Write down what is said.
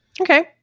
Okay